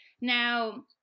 now